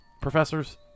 professors